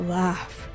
laugh